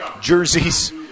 jerseys